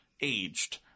aged